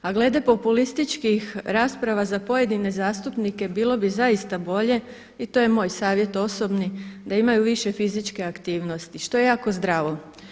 A glede populističkih rasprava za pojedine zastupnike bilo bi zaista bolje i to je moj savjet osobni da imaju više fizičke aktivnosti što je jako zdravo.